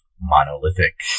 monolithic